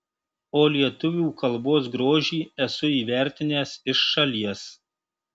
o lietuvių kalbos grožį esu įvertinęs iš šalies